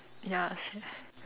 ya sia